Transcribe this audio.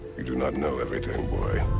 you do not know everything, boy.